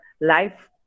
life